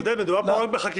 אבל מדובר פה רק בחקיקה,